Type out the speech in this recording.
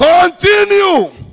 continue